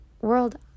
world